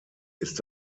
ist